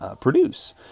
produce